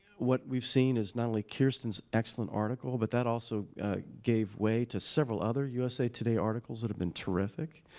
what we've seen is not only kirsten's excellent article, but that also gave way to several other usa today articles that have been terrific.